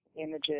images